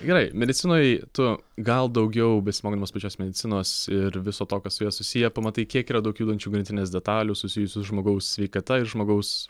gerai medicinoj tu gal daugiau besimokydamas pačios medicinos ir viso to kas su ja susiję pamatai kiek yra daug judančių grandinės detalių susijusių žmogaus sveikata ir žmogaus